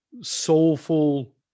soulful